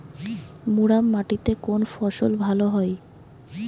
মুরাম মাটিতে কোন ফসল ভালো হয়?